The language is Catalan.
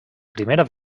primera